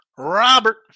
Robert